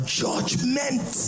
judgment